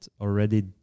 already